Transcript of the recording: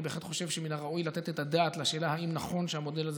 אני בהחלט חושב שמן הראוי לתת את הדעת על השאלה אם נכון שהמודל הזה